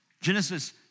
Genesis